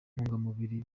ntungamubiri